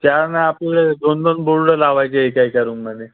चार नाही आपले दोन दोन बोर्ड लावायचे एका एका रूममध्ये